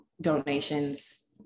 donations